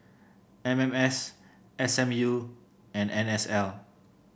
M M S S M U and N S L